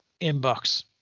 inbox